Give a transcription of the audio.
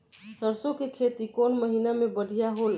सरसों के खेती कौन महीना में बढ़िया होला?